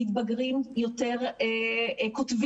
מתבגרים יותר כותבים,